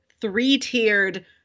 three-tiered